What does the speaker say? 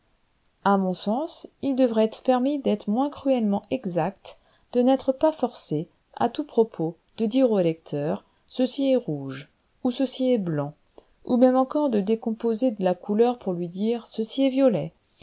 à mon sens il devrait être permis d'être moins cruellement exact de n'être pas forcé à tout propos de dire au lecteur ceci est rouge ou ceci est blanc ou même encore de décomposer la couleur pour lui dire ceci est violet